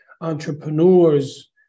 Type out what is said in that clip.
entrepreneurs